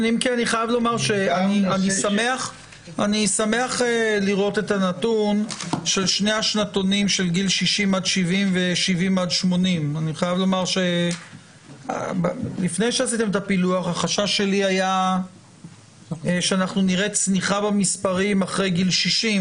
אני שמח לראות את הנתון של שני השנתונים של גיל 60 עד 70 ו-70 עד 80. לפני שעשיתם את הפילוח החשש שלי היה שנראה צניחה במספרים אחרי גיל 60,